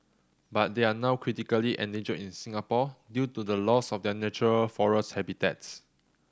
but they are now critically endangered in Singapore due to the loss of their natural forest habitats